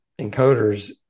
encoders